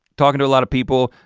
talking to a lot of people,